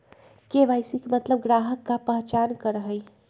KYC के मतलब ग्राहक का पहचान करहई?